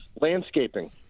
Landscaping